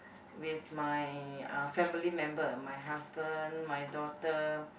with my uh family member my husband my daughter